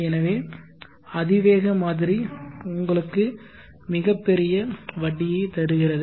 எனவே அதிவேக மாதிரி உங்களுக்கு மிகப்பெரிய வட்டியை தருகிறது